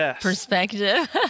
perspective